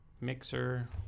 mixer